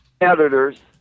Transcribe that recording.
editors